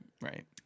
Right